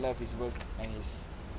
love his work and his